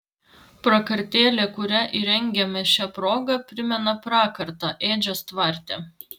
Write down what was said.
prakartėlė kurią įrengiame šia proga primena prakartą ėdžias tvarte